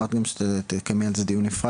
אמרת גם שתקיימי על זה דיון נפרד,